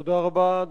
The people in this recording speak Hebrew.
תודה רבה.